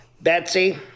Betsy